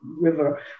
River